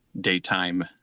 daytime